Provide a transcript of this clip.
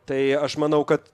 tai aš manau kad